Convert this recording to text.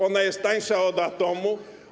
Ona jest tańsza od atomu.